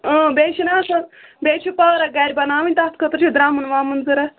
بیٚیہِ چھُناہ آسان بیٚیہِ چھُ پارَک گرِ بَناوٕنۍ تَتھ خٲطرٕ چھُ درمُن وَمُن ضرَوٗرت